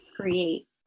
create